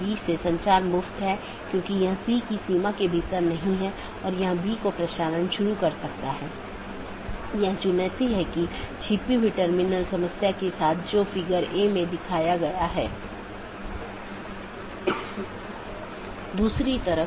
BGP के संबंध में मार्ग रूट और रास्ते पाथ एक रूट गंतव्य के लिए पथ का वर्णन करने वाले विशेषताओं के संग्रह के साथ एक गंतव्य NLRI प्रारूप द्वारा निर्दिष्ट गंतव्य को जोड़ता है